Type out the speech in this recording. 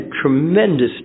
tremendous